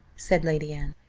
said lady anne.